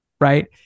right